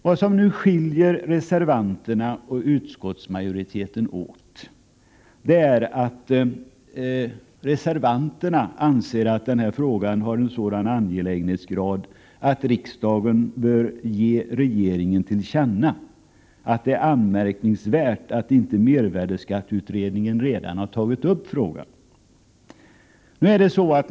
Vad som skiljer reservanterna och utskottsmajoriteten åt är att reservanterna anser att den här frågan har en så hög angelägenhetsgrad att riksdagen bör ge regeringen till känna att det är anmärkningsvärt att inte mervärdeskatteutredningen redan har tagit upp frågan.